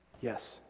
Yes